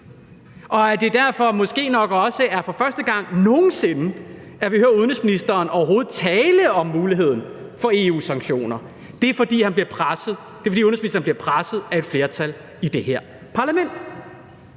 og at det måske derfor nok også er for første gang nogen sinde, vi overhovedet hører udenrigsministeren tale om muligheden for EU-sanktioner, altså fordi udenrigsministeren bliver presset af et flertal i det her parlament?